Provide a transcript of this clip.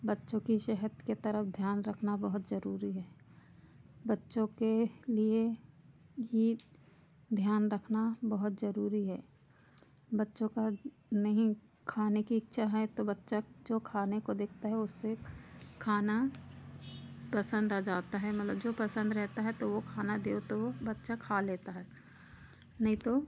बच्चों की सेहत के तरफ ध्यान रखना बहुत ज़रूरी है बच्चों के लिए ही ध्यान रखना बहुत ज़रूरी है बच्चों की नहीं खाने की इच्छा है तो बच्चा जो खाने को देखता है उसे खाना पसंद आ जाता है मतलब जो पसंद रहता है तो वह खाना दो तो वह बच्चा खा लेता है नहीं तो